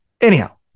Anyhow